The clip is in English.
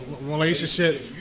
relationship